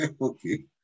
Okay